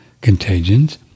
contagions